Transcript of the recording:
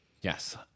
Yes